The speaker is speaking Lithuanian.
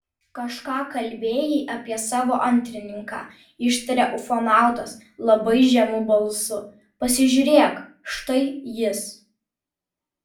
kažką kalbėjai apie savo antrininką ištarė ufonautas labai žemu balsu pasižiūrėk štai jis